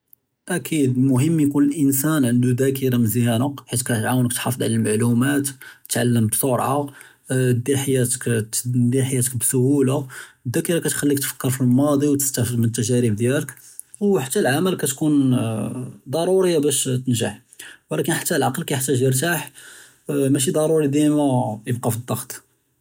אַקִיד אֶלְמֻהִימּ יְקוּן אֶלְאִנְסָאן עַנדוּ דַאקְרָה מְזְיָּאנָה חֵית כַּיַעְוֵןְּכּ תְּחַאפְּظ עַל אֶלְמְעְלּוּמַאת, תִּתְעַלַּם בִּسְרְעָה, אַה תְּדִיר חַיַאתְكَ בְּסַהּוּלָה. אֶלְדַאקְרָה כּתְחַלִּיְךּ תְּפַכֵּר פִּי אֶלְמַاضִי וְתִסְתַפַּד מִן אֶלְתַּגَارِب דִּיַאלְכּ וְחַתָּא אֶלְעֻמַּל כּתְקוּן דַרּוּרִיָּה בַּאש תַּנְجַח, וּלָקִין חַתָּא אֶלְעַקְל כּיַחְתָاج יְרְתַاح, מַשִׁי דַרּוּרִי דִּימָא יִבְקָא פִּי אֶלְדַغְט.